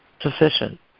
sufficient